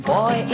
Boy